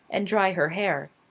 and dry her hair.